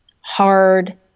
hard